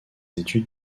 études